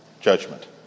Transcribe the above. judgment